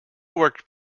worked